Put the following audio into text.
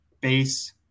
base